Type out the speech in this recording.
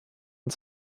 und